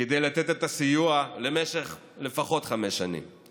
לתת את הסיוע למשך חמש שנים לפחות.